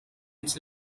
its